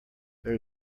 there